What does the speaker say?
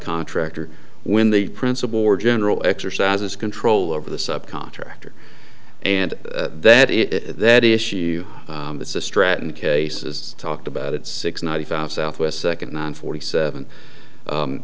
contractor when the principal or general exercises control over the subcontractor and that is that issue it's a stratton case is talked about it's six ninety five southwest second and forty seven